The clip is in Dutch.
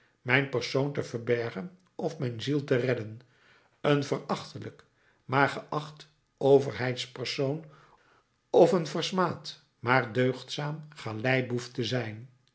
mijn persoon te verbergen of mijn ziel te redden een verachtelijk maar geacht overheidspersoon of een versmaad maar deugdzaam galeiboef te zijn